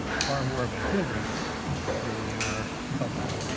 far more of a hindrance than they are helpful.